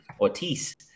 Ortiz